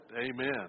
Amen